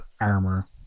armor